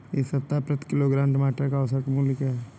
इस सप्ताह प्रति किलोग्राम टमाटर का औसत मूल्य क्या है?